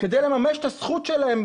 כדי לממש את הזכות שלהם,